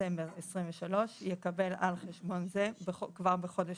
דצמבר 2023 יקבל על חשבון זה כבר בחודש